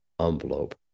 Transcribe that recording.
envelope